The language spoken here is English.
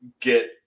get